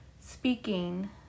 speaking